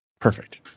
Perfect